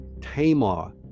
Tamar